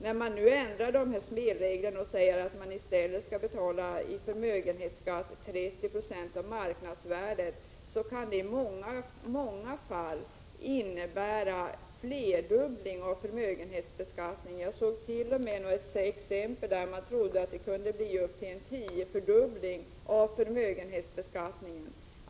När man nu ändrar spelreglerna och säger att förmögenhetsskatten i stället skall uppgå till 30 96 av marknadsvärdet, kan det i många fall innebära flerdubbling av förmögenhetsbeskattningen. Jag såg t.o.m. ett exempel på att man trodde att det skulle kunna bli en tiodubbling.